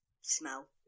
smell